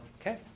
Okay